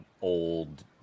old